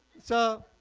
so